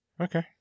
Okay